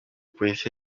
polisi